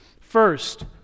First